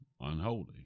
unholy